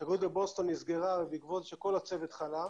השגרירות בבוסטון נסגרה בגלל שכל הצוות חלה,